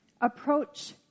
approach